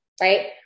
Right